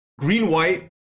green-white